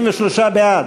33 בעד,